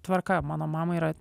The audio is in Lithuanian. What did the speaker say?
tvarka mano mamai yra